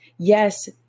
Yes